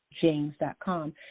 james.com